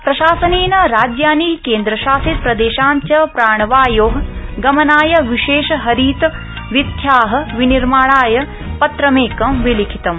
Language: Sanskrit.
प्रशासनेन राज्यानि केन्द्रशासित प्रदेशान् च प्राणवायो गमनाय विशेष हरित वीथ्या विनिर्माणाय पत्रमेकं विलिखितम्